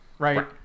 Right